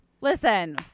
Listen